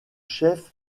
chefs